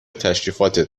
تشریفاتت